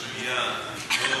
יש את הדוח של בן-יהודה, פרופ'